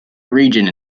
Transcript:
region